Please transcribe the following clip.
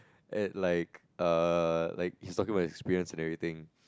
at like err like he's talking about his experience and everything